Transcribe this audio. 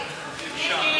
תודה רבה,